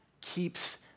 keeps